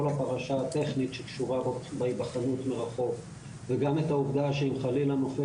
הפרשה הטכנית שקשורה בהיבחנות מרחוק וגם את העובדה שאם חלילה נופל